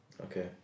Okay